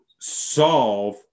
solve